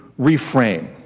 reframe